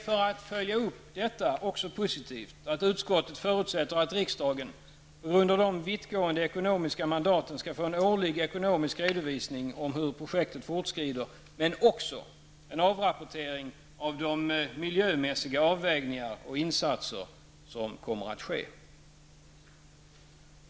För att följa upp detta är det också positivt att utskottet förutsätter att riksdagen, på grund av de vittgående ekonomiska mandaten, skall få en årlig ekonomisk redovisning av hur projektet fortskrider, men också en avrapportering av de miljömässiga avvägningar och insatser som kommer att göras.